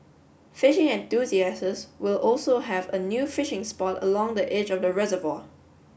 fishing enthusiasts will also have a new fishing spot along the edge of the reservoir